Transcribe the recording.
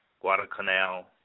Guadalcanal